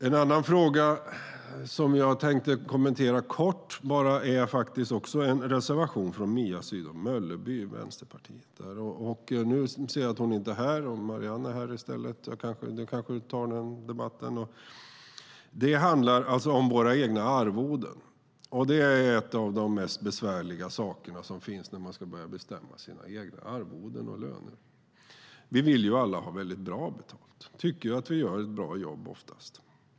En annan fråga som jag tänkte kommentera bara kort är faktiskt också en reservation från Mia Sydow Mölleby, Vänsterpartiet. Nu ser jag att hon inte är här. Marianne Berg är här i stället. Du kanske tar den debatten. Det handlar alltså om våra egna arvoden. Det är en av de mest besvärliga saker som finns när man ska börja bestämma sina egna arvoden och löner. Vi vill ju alla ha väldigt bra betalt. Vi tycker att vi gör ett bra jobb oftast.